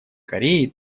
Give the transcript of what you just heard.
кореи